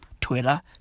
Twitter